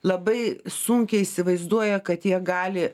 labai sunkiai įsivaizduoja kad jie gali